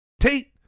Tate